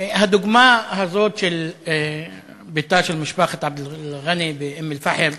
הדוגמה הזאת של ביתה של משפחת עבד אל-ע'אני באום-אלפחם,